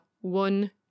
one